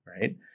right